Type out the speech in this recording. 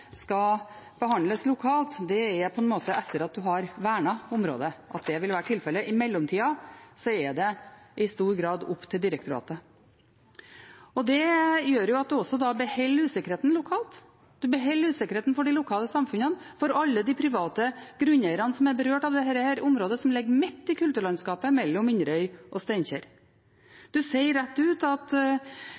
skal behandles lokalt; det er på en måte etter at en har vernet området, at det vil være tilfellet. I mellomtida er det i stor grad opp til direktoratet. Det gjør at en beholder usikkerheten lokalt, en beholder usikkerheten for de lokale samfunnene og for alle de private grunneierne som er berørt av dette området som ligger midt i kulturlandskapet mellom Inderøy og Steinkjer. En sier rett ut at